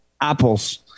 apples